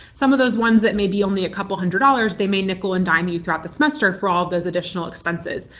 some of those ones that may be only a couple hundred dollars, they may nickel and dime you throughout the semester for all those additional expenses.